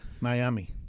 Miami